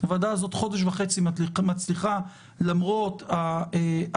הוועדה הזאת חודש וחצי מצליחה למרות אלפי